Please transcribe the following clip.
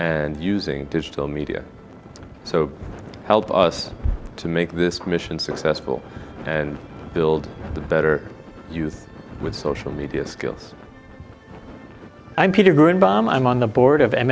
and using digital media so help us to make this commission successful and build a better use with social media skills i'm peter going bom i'm on the board of